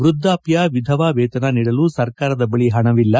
ವೃದ್ಧಾಪ್ಯ ವಿಧವಾ ವೇತನ ನೀಡಲು ಸರ್ಕಾರದ ಬಳಿ ಹಣವಿಲ್ಲ